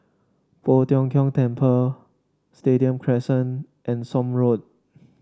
Poh Tiong Kiong Temple Stadium Crescent and Somme Road